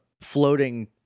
floating